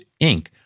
Inc